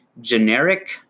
generic